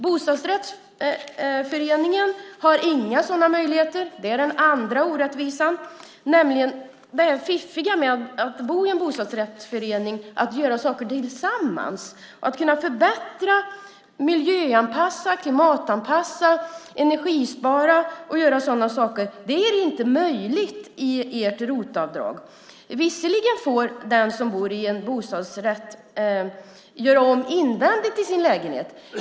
Bostadsrättsföreningar har inga sådana möjligheter. Det är den andra orättvisan. Det här fiffiga med att bo i en bostadsrättsförening, att göra saker tillsammans och att kunna förbättra, miljöanpassa, klimatanpassa, energispara och sådana saker, är inte möjligt med ert ROT-avdrag. Visserligen får den som bor i en bostadsrätt göra om invändigt i sin lägenhet.